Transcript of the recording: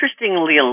interestingly